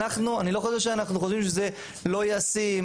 אני לא חושב שאנחנו חושבים שזה לא ישים,